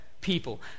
people